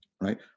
right